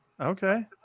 okay